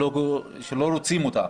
שלא רוצים אותן